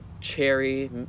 Cherry